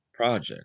project